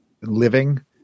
living